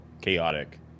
chaotic